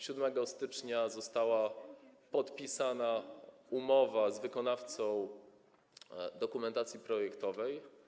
7 stycznia została podpisana umowa z wykonawcą dokumentacji projektowej.